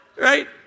right